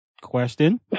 question